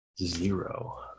Zero